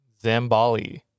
Zambali